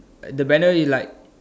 the banner is like on